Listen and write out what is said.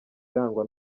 irangwa